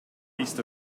east